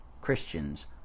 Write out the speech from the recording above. Christians